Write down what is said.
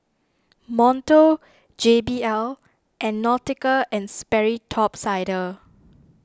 Monto J B L and Nautica and Sperry Top Sider